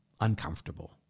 uncomfortable